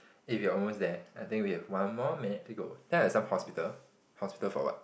eh we're almost there I think we have one more minute to go ya like some hospital hospital for what